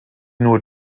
nur